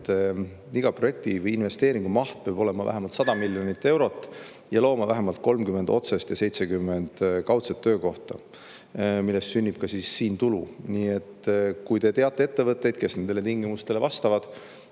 et iga projekti või investeeringu maht peab olema vähemalt 100 miljonit eurot ja looma vähemalt 30 otsest ja 70 kaudset töökohta, millest sünnib ka siis siin tulu. Nii et kui te teate ettevõtteid, kes nendele tingimustele vastavad